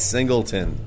Singleton